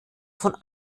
von